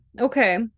okay